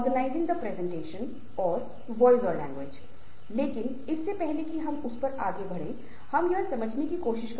क्योंकि आप देखते हैं कि संचार एक प्रतीकात्मक कार्य है संचार एक प्रतीकात्मक प्रक्रिया है जहाँ कुछ सन्देश मिल रहा है